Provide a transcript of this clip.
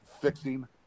fixing